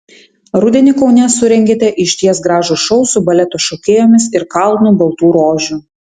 rudenį kaune surengėte išties gražų šou su baleto šokėjomis ir kalnu baltų rožių